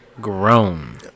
grown